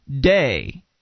day